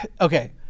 okay